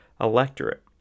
electorate